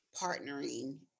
partnering